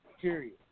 period